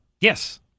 Yes